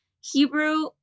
Hebrew